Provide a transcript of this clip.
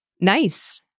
Nice